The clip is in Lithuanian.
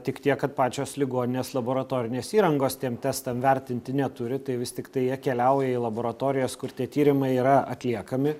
tik tiek kad pačios ligoninės laboratorinės įrangos tiem testam vertinti neturi tai vis tiktai jie keliauja į laboratorijas kur tie tyrimai yra atliekami